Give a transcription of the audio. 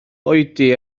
oedi